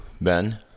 Ben